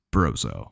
Brozo